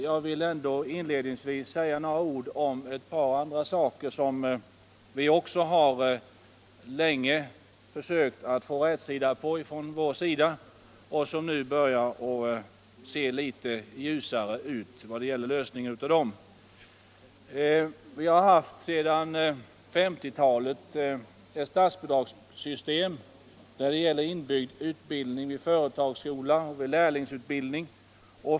Jag skall så uppehålla mig vid de reservationer som vi från vårt parti har undertecknat. Sedan 1950-talet har det funnits eu fast statsbidragssystem för den inbyggda utbildningen vid företagsskola och lärlingsutbildning.